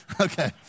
okay